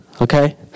okay